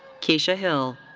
kisha hill.